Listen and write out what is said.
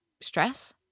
stress